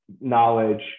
knowledge